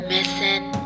missing